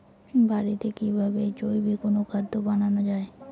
বাড়িতে কিভাবে জৈবিক অনুখাদ্য বানানো যায়?